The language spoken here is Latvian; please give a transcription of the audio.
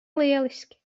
lieliski